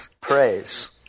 praise